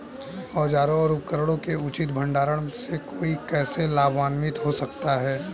औजारों और उपकरणों के उचित भंडारण से कोई कैसे लाभान्वित हो सकता है?